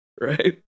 right